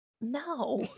No